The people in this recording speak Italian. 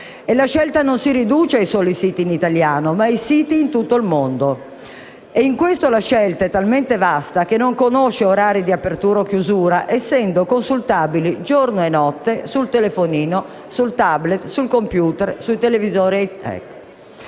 la scelta non si riduce ai soli siti in italiano, ma si estende ai siti di tutto il mondo, e in questo la scelta è talmente vasta, che non conosce orari di apertura o di chiusura, essendo siti consultabili giorno e notte, sul telefonino, sul *tablet*, sul *computer* e sui televisori